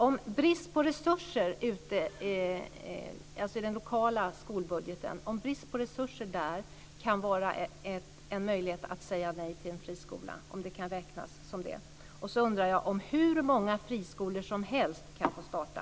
Kan brist på resurser i den lokala skolbudgeten vara en möjlighet att säga nej till en friskola? Dessutom undrar jag om hur många friskolor som helst kan få starta.